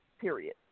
period